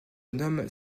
nomme